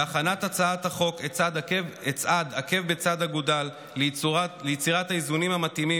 בהכנת הצעת החוק אצעד עקב בצד אגודל ליצירת האיזונים המתאימים